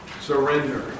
Surrender